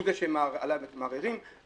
הוא זה שעליו מערערים.